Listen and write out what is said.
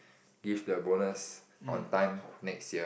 give the bonus on time next year